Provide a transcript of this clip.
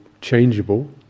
changeable